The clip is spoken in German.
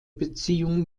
beziehung